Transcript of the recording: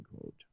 quote